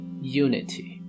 unity